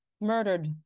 murdered